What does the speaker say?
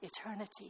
eternity